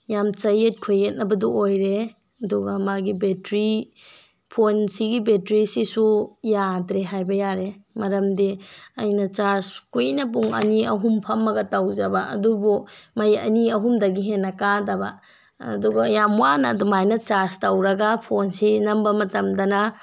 ꯌꯥꯝ ꯆꯌꯦꯠ ꯈꯣꯏꯌꯦꯠꯅꯕꯗꯨ ꯑꯣꯏꯔꯦ ꯑꯗꯨꯒ ꯃꯥꯒꯤ ꯕꯦꯇ꯭ꯔꯤ ꯐꯣꯟꯁꯤꯒꯤ ꯕꯦꯇ꯭ꯔꯤꯁꯤꯁꯨ ꯌꯥꯗ꯭ꯔꯦ ꯍꯥꯏꯕ ꯌꯥꯔꯦ ꯃꯔꯝꯗꯤ ꯑꯩꯅ ꯆꯥꯔꯖ ꯀꯨꯏꯅ ꯄꯨꯡ ꯑꯅꯤ ꯑꯍꯨꯝ ꯐꯝꯃꯒ ꯇꯧꯖꯕ ꯑꯗꯨꯕꯨ ꯃꯩ ꯑꯅꯤ ꯑꯍꯨꯝꯗꯒꯤ ꯍꯦꯟꯅ ꯀꯥꯗꯕ ꯑꯗꯨꯒ ꯌꯥꯝ ꯋꯥꯅ ꯑꯗꯨꯃꯥꯏꯅ ꯆꯥꯔꯖ ꯇꯧꯔꯒ ꯐꯣꯟꯁꯤ ꯅꯝꯕ ꯃꯇꯝꯗꯅ